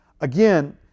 Again